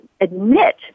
admit